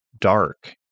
dark